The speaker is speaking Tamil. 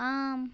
ஆம்